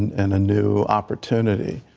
and a new opportunity.